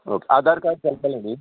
okay Aadhaar card चलतलें न्ही